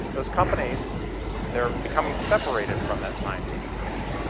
those companies they are becoming separated from that scientific community.